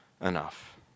enough